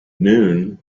noone